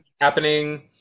Happening